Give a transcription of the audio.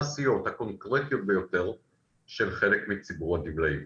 המעשיות והקונקרטיות ביותר של חלק מציבור הגמלאים,